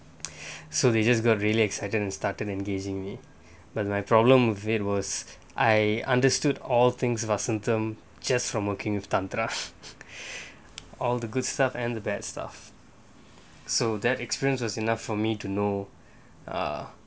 so they just got relax and started engaging with me but my problem was I understood all things about symptom just from working with tantra all the good stuff and the bad stuff so that experience was enough for me to know ah